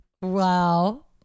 wow